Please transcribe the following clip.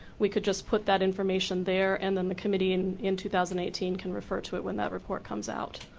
we could just put that information there and then the committee in in two thousand and eighteen can refer to it when that report comes out.